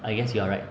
I guess you are right